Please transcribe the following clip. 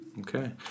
Okay